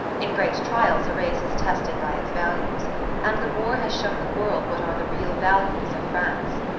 in great trials a race is tested by its values and the war has shown the world what are the real values of france.